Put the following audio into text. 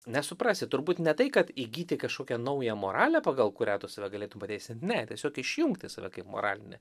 nesuprasi turbūt ne tai kad įgyti kažkokią naują moralę pagal kurią tu save galėtum pateisint ne tiesiog išjungti save kaip moralinę